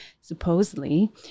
supposedly